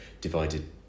divided